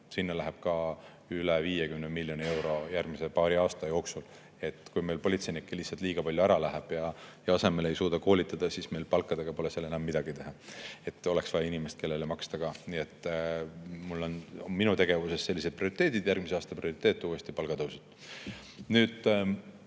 sinna läheb ka üle 50 miljoni euro järgmise paari aasta jooksul. Kui meil politseinikke lihtsalt liiga palju ära läheb ja me neid asemele ei suuda koolitada, siis meil palkadega pole seal enam midagi teha. On vaja ka inimesi, kellele maksta. Nii et mul on oma tegevustes sellised prioriteedid. Järgmise aasta prioriteet on uuesti palgatõusud. Mis